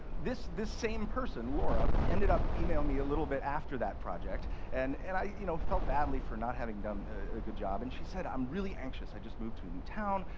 this this same person, laura, ended up emailing me a little bit after that project. and and i you know felt badly for not having done a good job. and she said, i'm really anxious, i just moved to a new town,